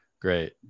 Great